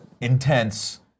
intense